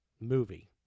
movie